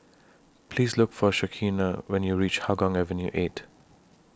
Please Look For Shaneka when YOU REACH Hougang Avenue eight